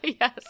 Yes